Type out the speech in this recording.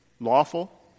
lawful